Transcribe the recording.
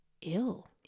ill